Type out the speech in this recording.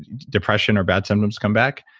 depression or bad symptoms come back,